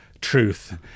truth